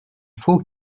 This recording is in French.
faut